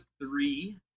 three